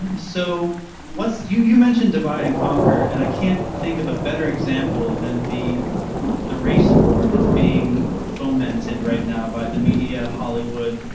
and so what you you mentioned, divide and conquer and i can't think of a better example, than the the race war that's being fomented right now by the media, hollywood,